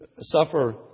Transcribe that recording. suffer